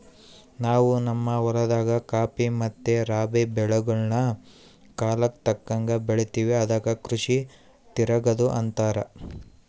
ನಾವು ನಮ್ಮ ಹೊಲದಾಗ ಖಾಫಿ ಮತ್ತೆ ರಾಬಿ ಬೆಳೆಗಳ್ನ ಕಾಲಕ್ಕತಕ್ಕಂಗ ಬೆಳಿತಿವಿ ಅದಕ್ಕ ಕೃಷಿ ತಿರಗದು ಅಂತಾರ